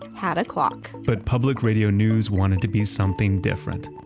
had a clock but public radio news wanted to be something different.